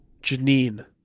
janine